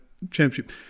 Championship